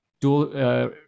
dual